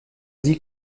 dit